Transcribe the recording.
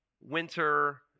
winter